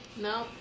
No